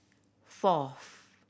fourth